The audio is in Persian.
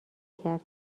کرد